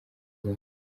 zombi